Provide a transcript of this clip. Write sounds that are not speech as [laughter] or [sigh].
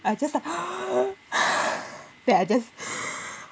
I was just like [noise] [breath] then I just [noise]